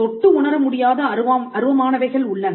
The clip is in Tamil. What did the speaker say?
தொட்டு உணர முடியாத அருவமானவைகள் உள்ளன